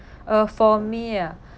uh for me ah